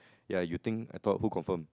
ya you think I thought who confirm